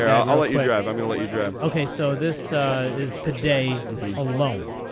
yeah i'll let you drive. i'm gonna let you drive. ok, so this is today alone.